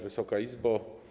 Wysoka Izbo!